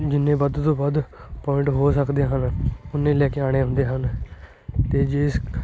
ਜਿੰਨੇ ਵੱਧ ਤੋਂ ਵੱਧ ਪੁਆਇੰਟ ਹੋ ਸਕਦੇ ਹਨ ਓਨੇ ਲੈ ਕੇ ਆਉਣੇ ਹੁੰਦੇ ਹਨ ਅਤੇ ਜਿਸ